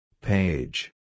Page